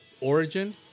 origin